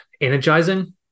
energizing